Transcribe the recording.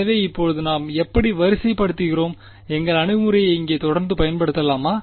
எனவே இப்போது நாம் எப்படி வரிசைப்படுத்துகிறோம் எங்கள் அணுகுமுறையை இங்கே தொடர்ந்து பயன்படுத்தலாமா